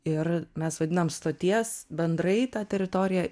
ir mes vadinam stoties bendrai ta teritorija